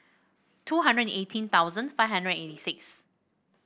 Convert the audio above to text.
two hundred and eighteen thousand five hundred and eighty six